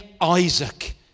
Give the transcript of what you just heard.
Isaac